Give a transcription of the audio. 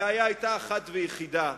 הבעיה היתה אחת ויחידה,